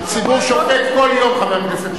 הציבור שופט כל יום, חבר הכנסת פיניאן.